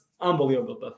unbelievable